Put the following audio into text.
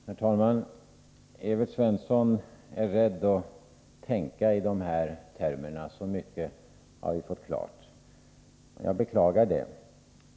Herr talman! Evert Svensson är rädd att tänka i dessa termer — så mycket har vi fått klart för oss. Jag beklagar det.